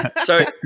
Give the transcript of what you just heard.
sorry